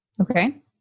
okay